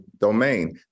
domain